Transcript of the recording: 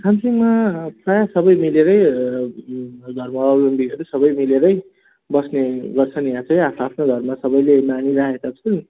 सामसिङमा प्रायः सबै मिलेरै धर्मवालम्बीहरू सबै मिलेरै बस्ने गर्छन् यहाँ चाहिँ आफ्नो आफ्नो धर्म सबैले मानिराखेका छन्